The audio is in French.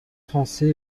français